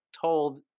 told